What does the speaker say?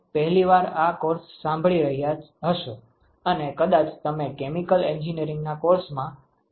તમે પહેલીવાર આ કોર્સ સાંભળી રહ્યા હશો અને કદાચ તમે કેમિકલ એન્જિનિયરિંગના કોર્સમાં આ પેહલી વાર સાંભળી રહ્યા હશો